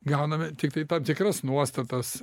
gauname tiktai tam tikras nuostatas